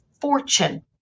fortune